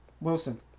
Wilson